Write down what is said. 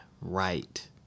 right